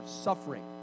suffering